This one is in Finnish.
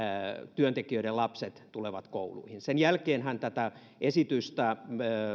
työntekijöiden lapset tulevat kouluihin sen jälkeenhän tätä esitystä